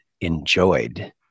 enjoyed